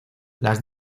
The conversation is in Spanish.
las